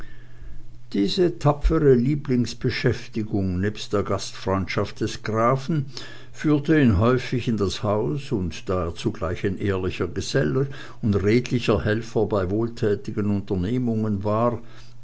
diese tapfere lieblingsbeschäftigung nebst der gastfreundschaft des grafen führte ihn häufig in das haus und da er zugleich ein ehrlicher gesell und redlicher helfer bei wohltätigen unternehmungen war